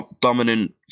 dominant